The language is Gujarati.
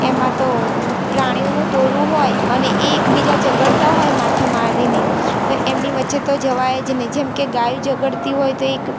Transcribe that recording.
એમાં તો પ્રાણીઓનું ટોળું હોય અને એ એકબીજા ઝઘડતાં હોય માથા મારીને તો એમની વચ્ચે તો જવાય જ નહીં જેમકે ગાયો ઝઘડતી હોય તો એક